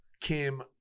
came